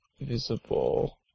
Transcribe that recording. visible